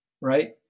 right